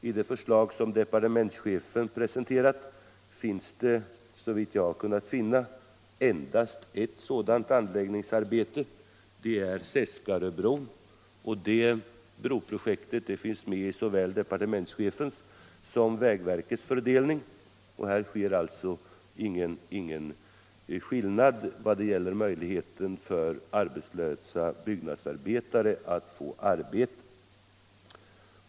I det förslag som departementschefen har presenterat finns det såvitt jag kunnat se endast ett sådant anläggningsarbete. Det är Seskaröbron. Och det broprojektet finns med i såväl departementschefens som vägverkets fördelning. Där är det alltså ingen skillnad vad gäller möjligheterna för arbetslösa byggnadsarbetare att få arbete.